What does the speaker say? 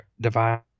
divine